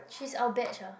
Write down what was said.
she's our batch ah